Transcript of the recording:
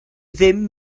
ddim